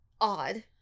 odd